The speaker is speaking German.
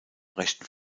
rechten